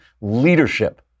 leadership